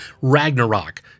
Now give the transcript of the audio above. Ragnarok